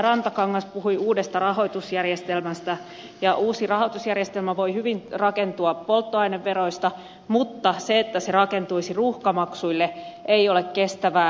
rantakangas puhui uudesta rahoitusjärjestelmästä ja uusi rahoitusjärjestelmä voi hyvin rakentua polttoaineveroista mutta se että se rakentuisi ruuhkamaksuille ei ole kestävää